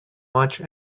much